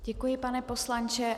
Děkuji, pane poslanče.